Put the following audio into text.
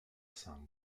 sam